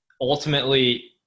ultimately –